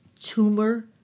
tumor